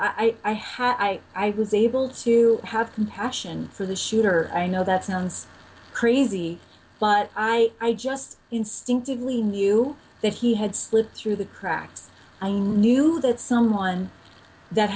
had i i was able to have compassion for the shooter i know that sounds crazy but i just instinctively knew that he had slipped through the cracks i knew that someone that